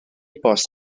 bost